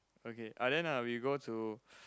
okay uh then uh we go to